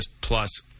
plus